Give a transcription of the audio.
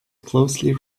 closely